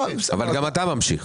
אבל גם אתה ממשיך.